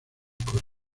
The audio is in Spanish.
cortas